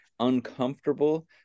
uncomfortable